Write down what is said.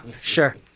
Sure